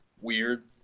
weird